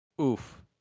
Oof